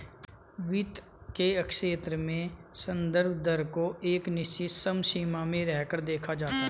वित्त के क्षेत्र में संदर्भ दर को एक निश्चित समसीमा में रहकर देखा जाता है